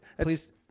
Please